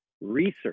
research